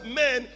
men